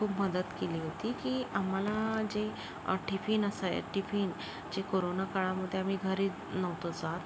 खूप मदत केली होती की आम्हाला जे टिफिन असय टिफिन जे कोरोना काळामधे आम्ही घरी नव्हतो जात